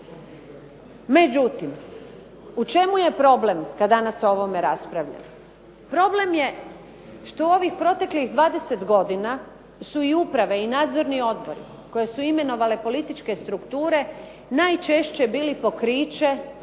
Međutim u čemu je problem kad danas o ovome raspravljamo? Problem je što u ovih proteklih 20 godina su i uprave i nadzorni odbori koje su imenovale političke strukture najčešće bili pokriće